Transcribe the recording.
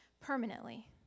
permanently